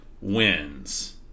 wins